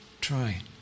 Try